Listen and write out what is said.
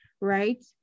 right